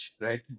right